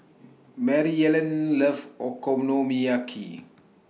Maryellen loves Okonomiyaki